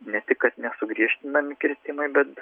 ne tik kad nesugriežtinami kirtimai bet